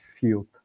field